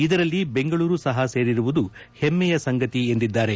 ಇದರಲ್ಲಿ ಬೆಂಗಳೂರು ಸಹ ಸೇರಿರುವುದು ಹೆಮ್ಮೆಯ ಸಂಗತಿ ಎಂದಿದ್ದಾರೆ